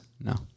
No